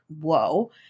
Whoa